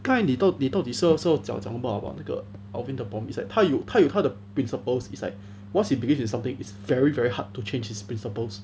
刚才你到你到底是要是要讲讲 about 那个 alvin 的 bomb is like 他有他有他的 principles is like once he believes in something it's very very hard to change his principles